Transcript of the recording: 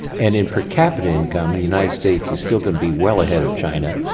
and in per capita income the united states is still going to be well ahead of china,